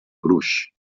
gruix